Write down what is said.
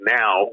now